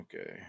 Okay